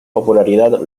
popularidad